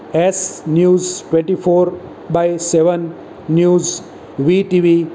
S news twenty four by seven news VTV